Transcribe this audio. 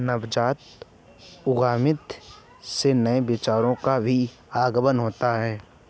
नवजात उद्यमिता से नए विचारों का भी आगमन होता है